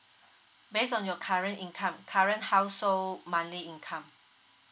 based on your current income current household monthly income